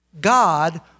God